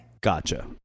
Gotcha